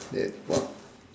that